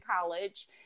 college